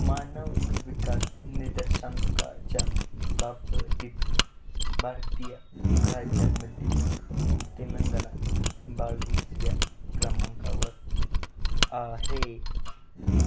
मानव विकास निदर्शांकाच्या बाबतीत भारतीय राज्यांमध्ये तेलंगणा बावीसव्या क्रमांकावर आहे